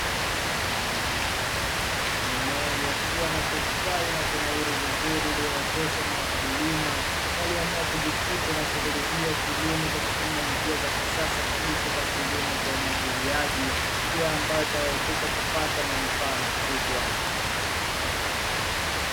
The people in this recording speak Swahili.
Mimea iliyokua na kustawi na kunawiri vizuri iliyooteshwa na wakulima walioamua kujikita na shughuli hii ya kilimo kwa kutumia njia za kisasa kabisa za kilimo cha umwagiliaji, njia ambayo itawawezesha kupata manufaa makubwa.